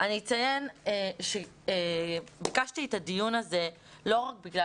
אני אציין שביקשתי את הדיון הזה לא רק בגלל